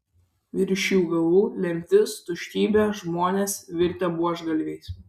virš jų galvų lemtis tuštybė žmonės virtę buožgalviais